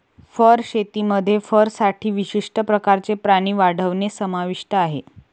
fur शेतीमध्ये फरसाठी विशिष्ट प्रकारचे प्राणी वाढवणे समाविष्ट आहे